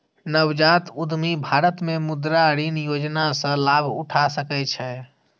नवजात उद्यमी भारत मे मुद्रा ऋण योजना सं लाभ उठा सकै छै